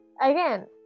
Again